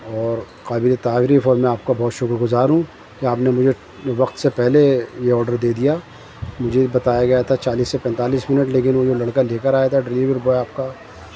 اور قابل تعریف اور میں آپ کا بہت شکر گزار ہوں کہ آپ نے مجھے وقت سے پہلے یہ آڈر دے دیا مجھے بتایا گیا تھا چالیس سے پینتالیس منٹ لیکن وہ جو لڑکا لے کر آیا تھا ڈلیوری بوائے آپ کا